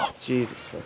Jesus